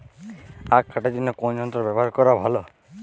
আঁখ কাটার জন্য কোন যন্ত্র ব্যাবহার করা ভালো?